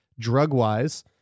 DrugWise